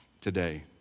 today